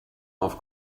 auf